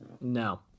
No